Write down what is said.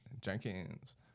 Jenkins